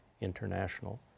international